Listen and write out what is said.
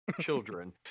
children